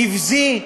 נבזי,